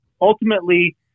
ultimately